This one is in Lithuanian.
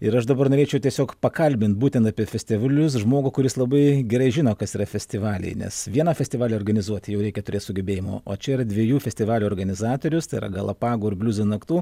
ir aš dabar norėčiau tiesiog pakalbint būtent apie festevalius žmogų kuris labai gerai žino kas yra festivaliai nes vieną festivalį organizuoti jau reikia turėt sugebėjimų o čia yra dviejų festivalių organizatorius tai yra galapagų ir bliuzo naktų